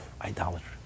idolatry